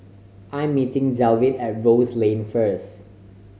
I'm meeting Dalvin at Rose Lane first